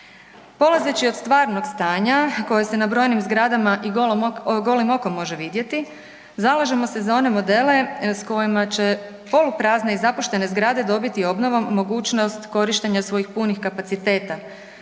Polazeći od stvarnog stanja koja se na brojim zgradama i golim okom može vidjeti zalažemo se za one modele s kojima će poluprazne i zapuštene zgrade dobiti obnovom mogućnost korištenja svojih punih kapaciteta,